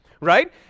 right